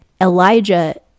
Elijah